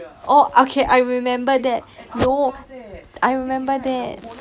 oh okay I remember that no I remember that